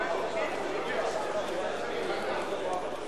אי-אמון בממשלה